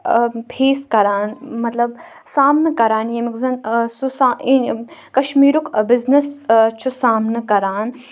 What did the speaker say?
آ فیس کَران مطلب سامنہٕ کَران ییٚمیُک زَن سُہ کَشمیٖرُک بِزنِس چھُ سامنہٕ کَران